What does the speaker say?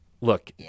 look